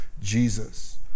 Jesus